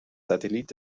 satellites